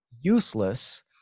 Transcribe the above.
useless